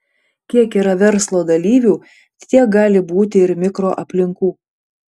kiek yra verslo dalyvių tiek gali būti ir mikroaplinkų